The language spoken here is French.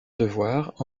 devoir